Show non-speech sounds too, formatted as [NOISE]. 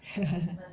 [LAUGHS]